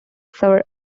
sir